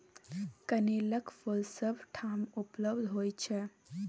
कनेलक फूल सभ ठाम उपलब्ध होइत छै